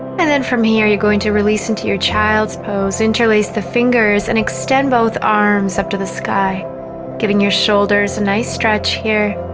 and then from here you're going to release into your child's pose interlace the fingers and extend both arms up to the sky giving your shoulders a nice stretch here